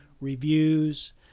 reviews